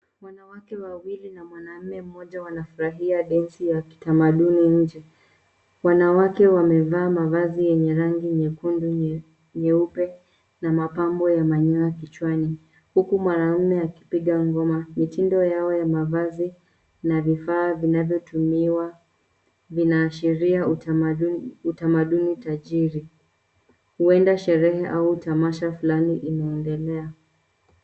Wanawake wawili na mwanaume mmoja wanafurahia densi ya kitamaduni nje. Wanawake wamevaa mavazi yenye rangi nyeupe na mapambo ya manyoya kichwani, huku mwanaume akipiga ngoma. Mitindo yao ya mavazi na vifaa vinavyotumiwa vinaashiria utamaduni tajiri. Huenda sherehe au tamasha fulani inaendelea.